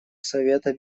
совета